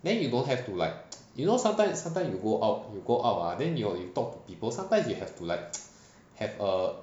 then you don't have to like you know sometimes sometimes you go out you go out ah then you talk to people sometimes you have to like have a